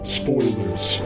spoilers